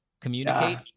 communicate